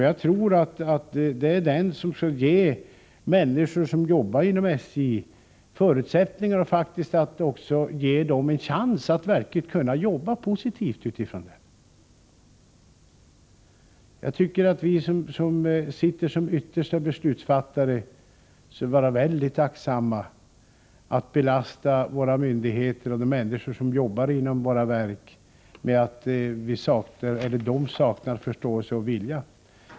Jag tror att detta förslag skall ge människor som arbetar inom SJ förutsättningar och faktiskt en chans att s år Om persontrafiken verkligen kunna arbeta positivt; mellan Eudvika Jag tycker att vi som sitter som yttersta beslutsfattare skall vara mycket och Stockholm aktsamma att belasta våra myndigheter och de människor som arbetar inom våra verk med att säga att de saknar förståelse och vilja.